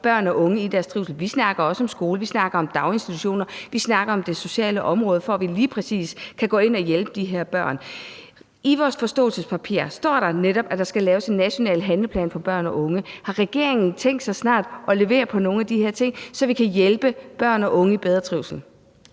børn og unge i deres trivsel; vi snakker også om skole, vi snakker om daginstitutioner, vi snakker om det sociale område, for at vi lige præcis kan gå ind og hjælpe de her børn. I vores forståelsespapir står der netop, at der skal laves en national handlingsplan for børn og unge. Har regeringen tænkt sig snart at levere på nogle af de her ting, så vi kan hjælpe børn og unge med at